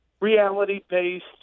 reality-based